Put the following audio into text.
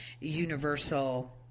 Universal